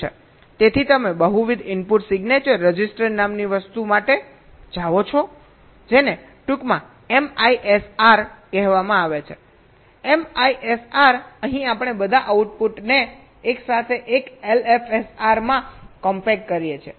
તેથી તમે multi input signature register નામની વસ્તુ માટે જાઓ છો જેને ટૂંકમાં MISR કહેવામાં આવે છે એમઆઈએસઆર અહીં આપણે બધા આઉટપુટને એક સાથે એક એલએફએસઆરમાં કોમ્પેક્ટ કરીએ છીએ